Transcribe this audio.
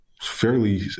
Fairly